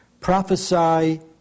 Prophesy